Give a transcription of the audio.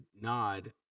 nod